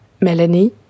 Melanie